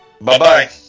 Bye-bye